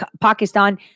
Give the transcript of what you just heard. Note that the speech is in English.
Pakistan